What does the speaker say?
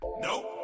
Nope